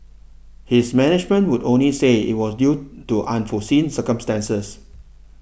his management would only say it was due to unforeseen circumstances